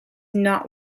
not